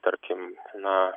tarkim na